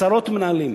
עשרות מנהלים,